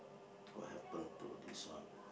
what happened to this one